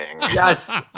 yes